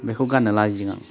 बेखौ गाननो लाजिदों आं